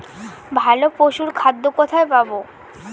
ভালো পশুর খাদ্য কোথায় পাবো?